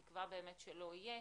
בתקווה שלא יהיה,